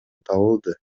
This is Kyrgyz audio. табылды